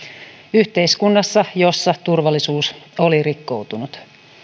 yhteiskunnassa jossa turvallisuus oli rikkoutunut